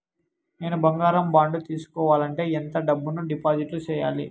నేను బంగారం బాండు తీసుకోవాలంటే ఎంత డబ్బును డిపాజిట్లు సేయాలి?